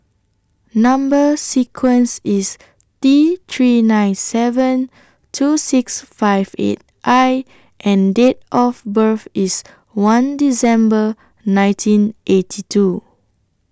Number sequence IS T three nine seven two six five eight I and Date of birth IS one December nineteen eighty two